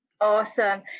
Awesome